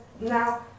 now